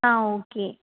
ஆ okay